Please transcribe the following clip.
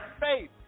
faith